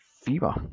fever